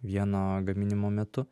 vieno gaminimo metu